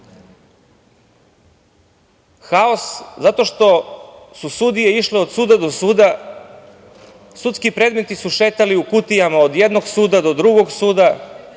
Haos, zato što su sudije išle od suda do suda, sudski predmeti su šetali u kutijama od jednog suda do drugog suda,